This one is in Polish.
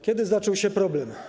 Kiedy zaczął się problem?